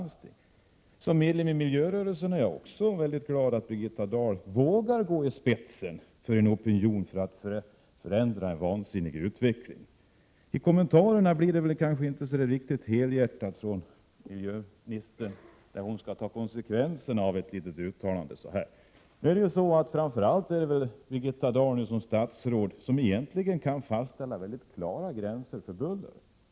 1987/88:124 Som medlem av miljörörelsen är jag också väldigt glad att Birgitta Dahl vågar 20 maj 1988 gå i spetsen för en opinion för att förändra en vansinnig utveckling. Miljöministerns kommentarer när hon skall ta konsekvenserna av sitt lilla uttalande blir kanske inte så helhjärtade. Det är väl framför allt Birgitta Dahl som statsråd som kan fastställa mycket klara gränser för buller.